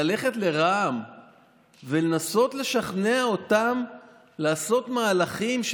ללכת לרע"מ ולנסות לשכנע אותם לעשות מהלכים,